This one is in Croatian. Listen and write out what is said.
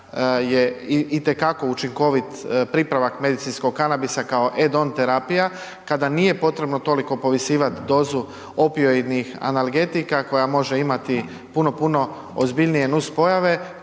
je i te kako učinkovit pripravak medicinskog kanabisa kao edont terapija kada nije potrebno toliko povisivat dozu opioidnih analgetika koja može imati puno, puno ozbiljnije nus pojave.